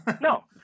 No